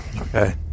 Okay